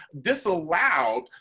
disallowed